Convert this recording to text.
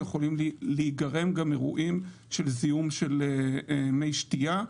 יכולים להיגרם גם אירועים של זיהום מי שתייה.